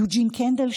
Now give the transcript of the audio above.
יוג'ין קנדל,